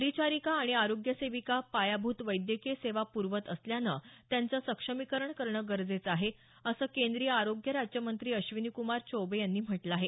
परिचारिका आणि आरोग्य सेविका पायाभूत वैद्यकीय सेवा प्रवत असल्यानं त्यांचं सक्षमीकरण करणं गरजेचं आहे असं केंद्रीय आरोग्य राज्यमंत्री अश्विनी चौबे यांनी म्हटलं आहे